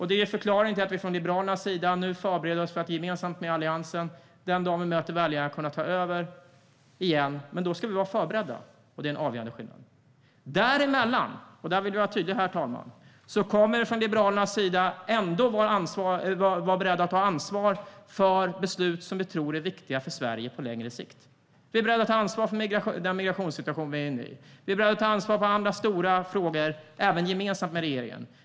Det är förklaringen till att vi liberaler nu förbereder oss för att gemensamt med Alliansen kunna ta över igen den dagen vi möter väljarna. Men då ska vi vara förberedda, och det är en avgörande skillnad. Däremellan, och där vill jag vara tydlig, herr talman, kommer vi liberaler ändå att vara beredda att ta ansvar för beslut som vi tror är viktiga för Sverige på längre sikt. Vi är beredda att ta ansvar för den migrationssituation vi har, och vi är beredda att ta ansvar för andra stora frågor, även gemensamt med regeringen.